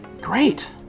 Great